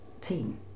team